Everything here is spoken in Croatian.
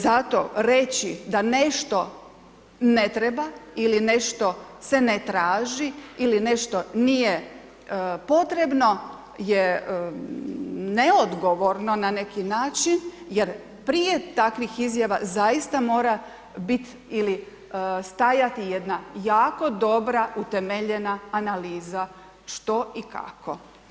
Zato reći da nešto ne treba ili nešto se ne traži ili nešto nije potrebno je neodgovorno na neki način jer prije takvih izjava zaista mora bit ili stajati jedna jako dobra, utemeljena analiza što i kako.